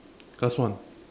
last one